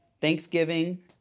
Thanksgiving